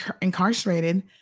incarcerated